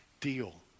deal